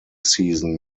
season